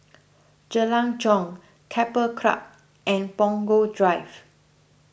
Jalan Jong Keppel Club and Punggol Drive